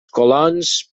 colons